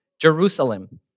Jerusalem